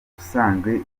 ubusanzwe